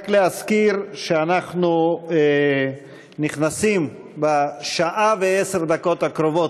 רק אזכיר שאנחנו נכנסים בשעה ועשר דקות הקרובות,